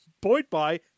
point-by